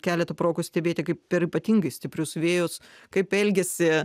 keletą progų stebėti kaip per ypatingai stiprius vėjus kaip elgiasi